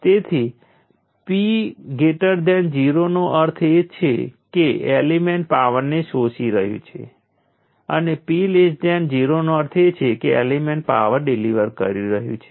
તેથી અત્યાર સુધીમાં તે એકદમ સ્પષ્ટ હોવું જોઈએ કે ઇન્ડક્ટર પણ પાવરને શોષી શકે છે અથવા પાવર ડીલીવર કરી શકે છે